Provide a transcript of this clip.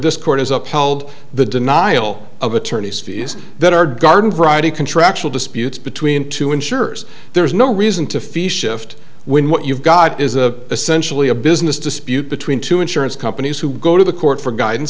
this court has upheld the denial of attorneys fees that are garden variety contractual disputes between two insurers there's no reason to fish shift when what you've got is a centrally a business dispute between two insurance companies who go to the court for guidance